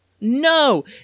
No